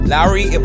Lowry